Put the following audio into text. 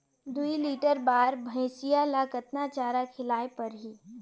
दुई लीटर बार भइंसिया ला कतना चारा खिलाय परही?